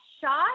shot